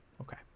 Okay